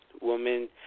woman